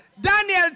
Daniel